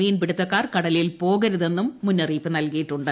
മീൻ പിടുത്തക്കാർ കടലിൽ പോകരുതെന്നും മുന്നറിയിപ്പ് നൽകിയിട്ടുണ്ട്